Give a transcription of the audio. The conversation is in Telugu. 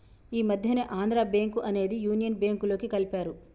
ఈ మధ్యనే ఆంధ్రా బ్యేంకు అనేది యునియన్ బ్యేంకులోకి కలిపారు